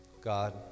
God